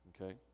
Okay